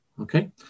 Okay